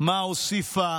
מה הוסיפה